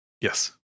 Yes